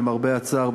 למרבה הצער,